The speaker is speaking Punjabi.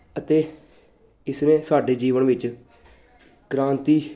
ਅਤੇ ਇਸਨੇ ਸਾਡੇ ਜੀਵਨ ਵਿੱਚ ਕ੍ਰਾਂਤੀ